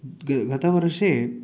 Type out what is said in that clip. ग् गतवर्षे